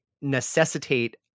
necessitate